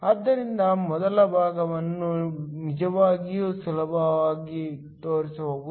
ಆದ್ದರಿಂದ ಮೊದಲ ಭಾಗವನ್ನು ನಿಜವಾಗಿಯೂ ಸುಲಭವಾಗಿ ತೋರಿಸಬಹುದು